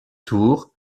tours